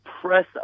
press